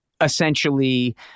essentially